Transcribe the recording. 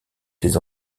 des